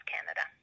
Canada